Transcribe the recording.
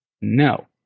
No